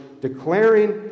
declaring